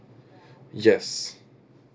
yes